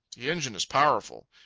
the engine is powerful.